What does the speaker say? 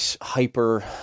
hyper